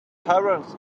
parents